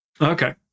Okay